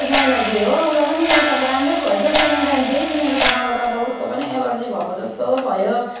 मेरो ज्वाइँलाई दिएँ हो उलाई पनि एउटा त राम्रै भएछ सेकेन्ड टाइम फेरि किनेर पठाउँदा त अन्त उसको पनि एलर्जी भएको जस्तो भयो